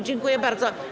Dziękuję bardzo.